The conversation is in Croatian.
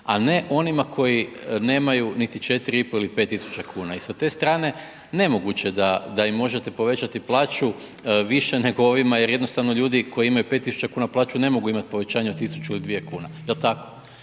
a ne onima koji nemaju niti 4.500 ili 5.000 kuna. I sa te strane nemoguće da im možete povećati plaću više nego ovima jer jednostavno ljudi koji imaju 5.000 kuna plaću ne mogu imati povećanje od 1.000 ili 2 kuna, jel tako?